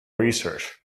research